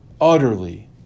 Utterly